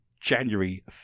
January